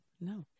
No